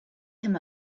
him